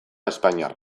espainiarra